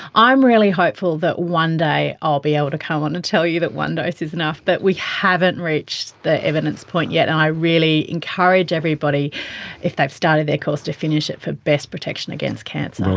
i'm really hopeful that one day i'll be able to come on and tell you that one dose is enough, but we haven't reached the evidence point yet and i really encourage everybody if they've started their course to finish it for best protection against cancer.